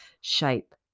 shape